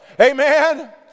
Amen